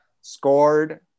Scored